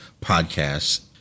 podcasts